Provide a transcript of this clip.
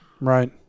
right